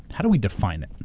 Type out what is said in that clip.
how do we define it?